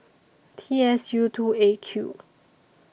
T S U two A Q